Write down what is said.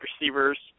receivers